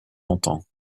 longtemps